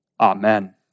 Amen